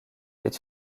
est